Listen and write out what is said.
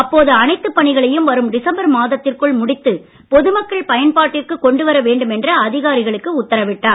அப்போது அனைத்துப் பணிகளையும் வரும் டிசம்பர் மாதத்திற்குள் முடித்து பொதுமக்கள் பயன்பாட்டிற்குக் கொண்டுவர வேண்டும் என்று அதிகாரிகளுக்கு உத்தரவிட்டார்